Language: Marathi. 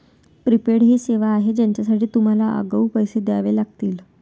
प्रीपेड ही सेवा आहे ज्यासाठी तुम्हाला आगाऊ पैसे द्यावे लागतील